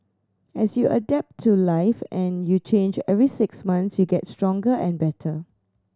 as you adapt to life and you change every six months you get stronger and better